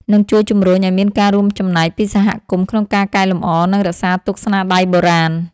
និងជួយជំរុញឲ្យមានការរួមចំណែកពីសហគមន៍ក្នុងការកែលម្អ និងរក្សាទុកស្នាដៃបុរាណ។